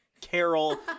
Carol